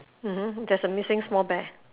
mmhmm there's a missing small bear